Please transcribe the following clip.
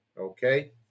okay